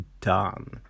done